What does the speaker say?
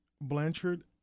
Blanchard